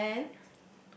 and then